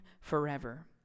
forever